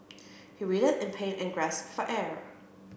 he in pain and grasped for air